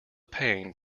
pain